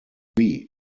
oui